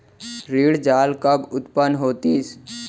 ऋण जाल कब उत्पन्न होतिस?